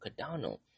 cardano